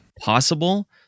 possible